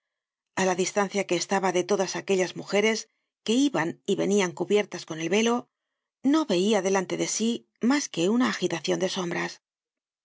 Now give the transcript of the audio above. a la distancia que estaba de todas aquellas mujeres que iban y venían cubiertas con el velo no veia delante de sí mas que una agitacion de sombras